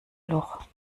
loch